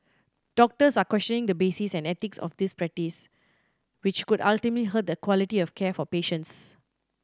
doctors are questioning the basis and ethics of this practice which could ultimately hurt the quality of care for patients